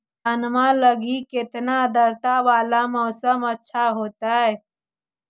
धनमा लगी केतना आद्रता वाला मौसम अच्छा होतई?